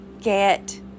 get